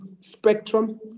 Spectrum